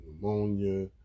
pneumonia